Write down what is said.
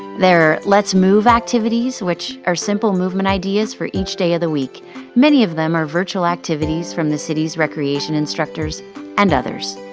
there are let's move activities which are simple movement ideas for each day of the week many of them are virtual activities from the city's recreation instructors and others!